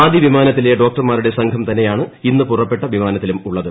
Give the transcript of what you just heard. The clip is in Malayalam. ആദൃ വിമാനത്തിലെ ഡോക്ടർമാരുടെ സംഘം തന്നെയാണ് ഇന്നു പുറപ്പെട്ട വിമാനത്തിലുള്ളത്